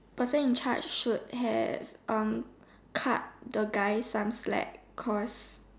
person in charge should have um cut the guy some slack cause